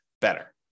better